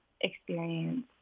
experience